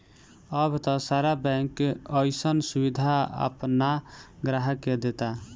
अब त सारा बैंक अइसन सुबिधा आपना ग्राहक के देता